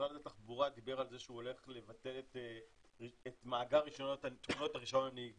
משרד התחבורה דיבר על זה שהוא הולך לבטל את מאגר תמונות רישיון הנהיגה